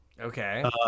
Okay